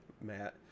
Matt